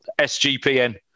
SGPN